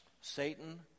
Satan